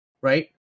right